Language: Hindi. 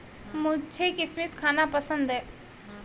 मुझें किशमिश खाना पसंद है